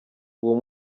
uwo